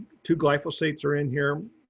two glyphosate are in here.